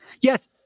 Yes